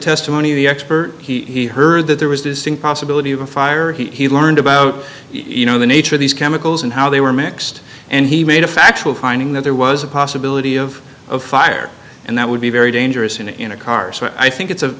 testimony of the expert he heard that there was this possibility of a fire he learned about you know the nature of these chemicals and how they were mixed and he made a factual finding that there was a possibility of a fire and that would be very dangerous in a in a car so i think it's a